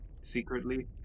secretly